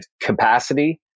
capacity